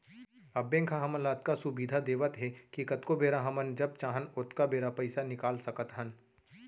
अब बेंक ह हमन ल अतका सुबिधा देवत हे कि कतको बेरा हमन जब चाहन ओतका बेरा पइसा निकाल सकत हन